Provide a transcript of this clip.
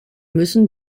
müssen